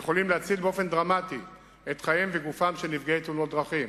יכול להציל באופן דרמטי את חייהם וגופם של נפגעי תאונות דרכים.